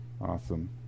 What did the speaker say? awesome